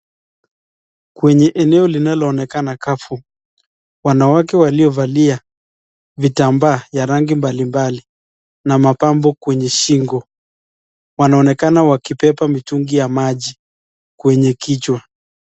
Kwenye eneo linalo onekana kafu, wanawake walio valia, vitambaa, ya rangi mbali mbali, na mapambo kwenye shingo, wanaonekana wakibeba mitungi ya maji, kwenye kichwa.